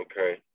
Okay